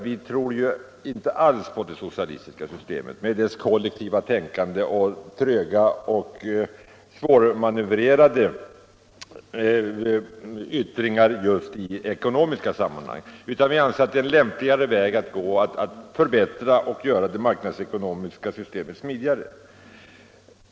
Vi tror inte på det socialistiska systemet med dess kollektiva tänkande och dess tröga och svårmanövrerade byråkrati i ekonomiska sammanhang. Vi anser det lämpligt att i stället förbättra och göra det marknadsekonomiska systemet smidigare.